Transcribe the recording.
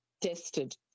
tested